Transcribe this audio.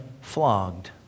flogged